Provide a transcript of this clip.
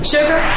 Sugar